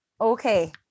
Okay